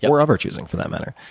or of our choosing for that matter.